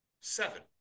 seven